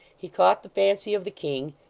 he caught the fancy of the king,